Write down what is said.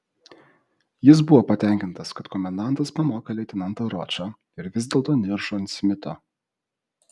jis buvo patenkintas kad komendantas pamokė leitenantą ročą ir vis dėlto niršo ant smito